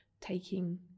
taking